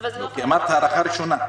אמרת שזה נוגע להארכה ראשונה,